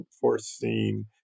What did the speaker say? foreseen